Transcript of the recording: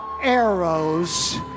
arrows